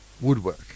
Woodwork